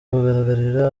kugaragarira